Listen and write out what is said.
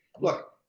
look